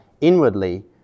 inwardly